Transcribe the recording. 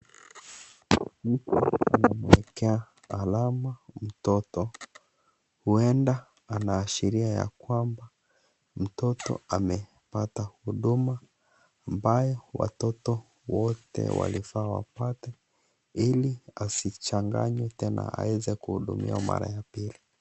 Picha, alama, mtoto. Huenda anaashiria ya kwamba mtoto amepata huduma, ambayo watoto wote walifaa wapate ili asichanganywe tena aeze kuhudumiwa mara ya pili.